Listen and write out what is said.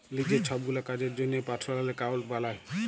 লিজের ছবগুলা কাজের জ্যনহে পার্সলাল একাউল্ট বালায়